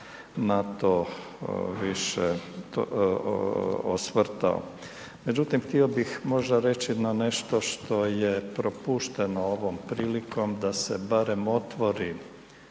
to više osvrtao. Međutim htio bih možda reći na nešto što je propušteno ovom prilikom da se barem otvori